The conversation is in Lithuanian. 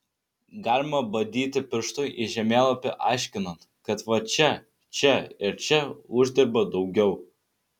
galima badyti pirštu į žemėlapį aiškinant kad va čia čia ir čia uždirba daugiau